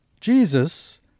Jesus